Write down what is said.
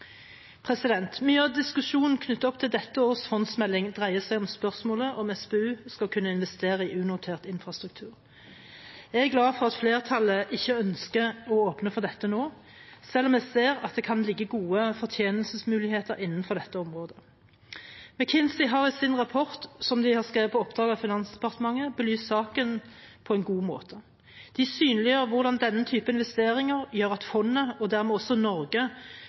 Mye av diskusjonen knyttet opp til dette års fondsmelding dreier seg om spørsmålet om SPU skal kunne investere i unotert infrastruktur. Jeg er glad for at flertallet ikke ønsker å åpne for dette nå, selv om jeg ser at det kan ligge gode fortjenestemuligheter innenfor dette området. McKinsey har i sin rapport, som de har skrevet på oppdrag av Finansdepartementet, belyst saken på en god måte. De synliggjør hvordan denne type investeringer gjør at fondet og dermed også Norge